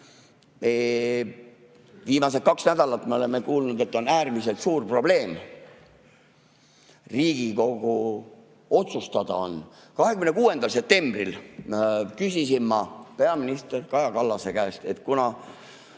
Viimased kaks nädalat oleme kuulnud, et on äärmiselt suur probleem. Asi on Riigikogu otsustada. 26. septembril küsisin ma peaminister Kaja Kallase käest, et kuna